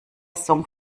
song